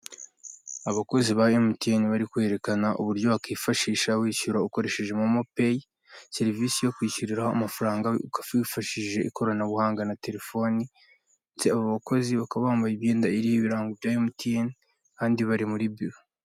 Abakozi ba emutiyeni, bari kwerekana uburyo wakifashisha wishyura, ukoresheje momo peyi, serivisi yo kwishyuriraho amafaranga, wifashishije ikoranabuhanga na telefoni, ndetse abo bakozi bakaba bambaye imyenda iriho ibirango bya emutiyeni, kandi bari muri biro.